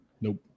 nope